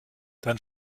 dann